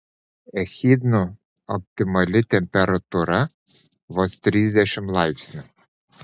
echidnų optimali temperatūra vos trisdešimt laipsnių